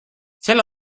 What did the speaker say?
sel